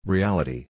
Reality